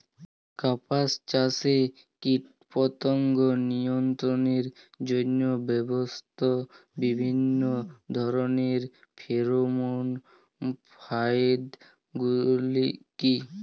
কাপাস চাষে কীটপতঙ্গ নিয়ন্ত্রণের জন্য ব্যবহৃত বিভিন্ন ধরণের ফেরোমোন ফাঁদ গুলি কী?